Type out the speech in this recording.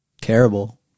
terrible